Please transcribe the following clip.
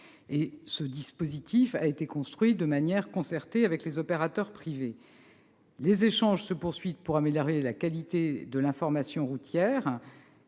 Ce dispositif a été conçu de manière concertée avec les opérateurs privés. Les échanges se poursuivent pour améliorer la qualité de l'information routière.